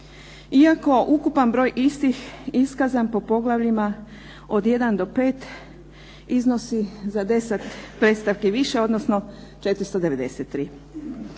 iako ukupan broj istih iskazan po poglavljima od 1 do 5 iznosi za 10 predstavki više, odnosno 493.